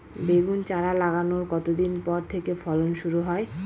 বেগুন চারা লাগানোর কতদিন পর থেকে ফলন শুরু হয়?